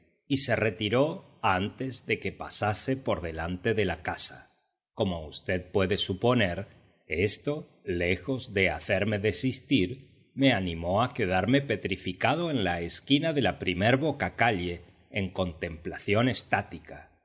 y se retiró antes de que pasase por delante de la casa como v puede suponer esto lejos de hacerme desistir me animó a quedarme petrificado en la esquina de la primer bocacalle en contemplación estática